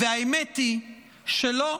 והאמת היא שלא